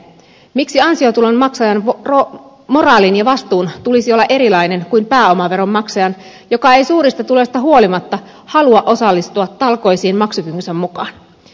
miksi ansiotuloveron maksajan moraalin ja vastuun tulisi olla erilainen kuin pääomaveron maksajan joka ei suurista tuloista huolimatta halua osallistua talkoisiin maksukykynsä mukaan